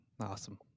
Awesome